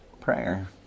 Prayer